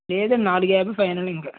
లేదండి నాలుగు యాభై ఫైనల్ ఇంక